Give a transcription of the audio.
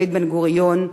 דוד בן-גוריון,